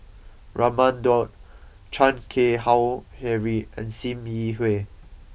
Raman Daud Chan Keng Howe Harry and Sim Yi Hui